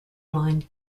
blind